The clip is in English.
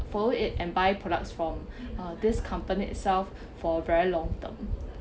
follow it and buy products from this company itself for a very long term